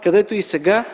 където и сега